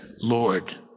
Lord